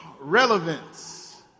Relevance